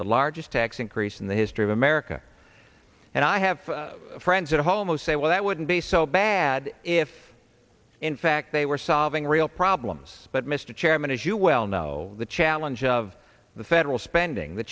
the largest tax increase in the history of america and i have friends at home oh say well that wouldn't be so bad if in fact they were solving real problems but mr chairman as you well know the challenge of the federal spending the